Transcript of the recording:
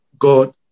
God